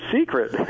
secret